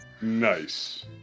Nice